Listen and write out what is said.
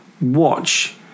watch